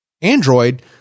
Android